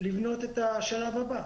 לבנות את השלב הבא,